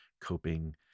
coping